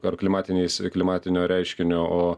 ar klimatiniais klimatinio reiškinio o